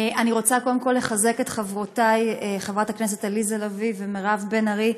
אני רוצה קודם כול לחזק את חברותי חברות הכנסת עליזה לביא ומירב בן ארי,